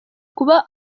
kuba